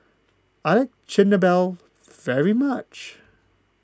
I Chigenabe very much